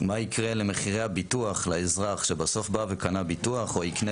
מה יקרה למחירי הביטוח לאזרח שבסוף קנה ביטוח או יקנה